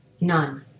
None